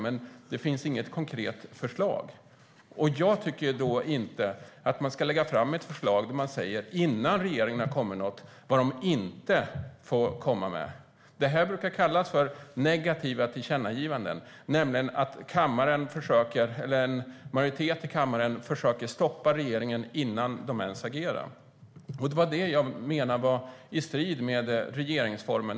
Men det finns inget konkret förslag. Jag tycker inte att man ska lägga fram ett förslag om vilka förslag regeringen inte får komma med, innan regeringen ens har kommit med ett förslag. Det brukar kallas negativa tillkännagivanden när en majoritet i kammaren försöker stoppa regeringen innan de ens agerar. Det var det jag menade står i strid med regeringsformen.